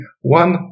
one